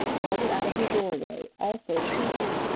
darted out of her doorway, also shrieking.